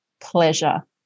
pleasure